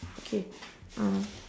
okay uh